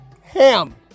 Ham